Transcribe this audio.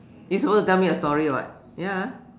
you supposed to tell me a story [what] ya